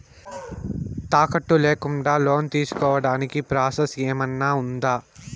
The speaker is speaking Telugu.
తాకట్టు లేకుండా లోను తీసుకోడానికి ప్రాసెస్ ఏమన్నా ఉందా?